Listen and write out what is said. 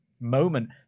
moment